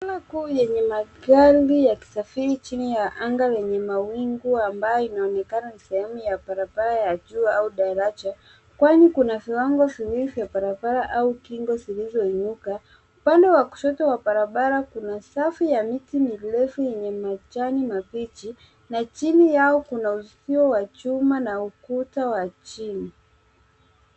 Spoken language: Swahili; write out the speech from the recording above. Njia kuu yenye magari ya kusafiri chini ya anga lenye mawingu ambayo inaonekana ni sehemu ya barabara ya juu au daraja, kwani kuna viwango viwili vya barabara au kingo zilizoinuka. Upande wa kushoto wa barabara kuna safu ya miti mirefu yenye majani mabichi na chini yao kuna uzio wa chuma na ukuta wa chini.